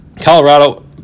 Colorado